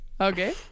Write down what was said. Okay